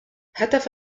هتف